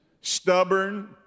stubborn